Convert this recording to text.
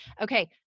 Okay